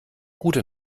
gute